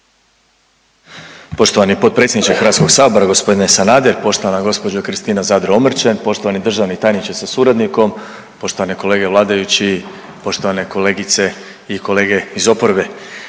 poštovani potpredsjedniče Hrvatskog sabora gospodine Sanader, poštovana, poštovani državni tajniče sa suradnicom, kolege vladajući i kolege i kolegice iz oporbe,